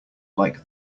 like